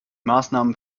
maßnahmen